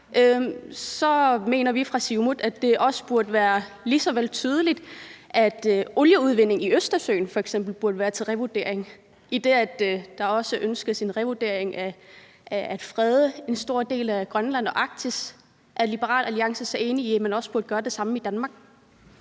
så mener vi fra Siumuts side, at det burde være lige så tydeligt, at olieudvindingen i Østersøen f.eks. burde være til revurdering, idet der også ønskes en revurdering af det at frede en stor del af Grønland og Arktis. Er Liberal Alliance så enig i, at man også burde gøre det samme i Danmark?